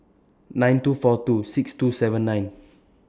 nine two four two six two seven nine